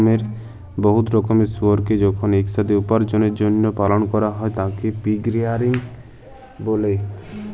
বহুত রকমের শুয়রকে যখল ইকসাথে উপার্জলের জ্যলহে পালল ক্যরা হ্যয় তাকে পিগ রেয়ারিং ব্যলে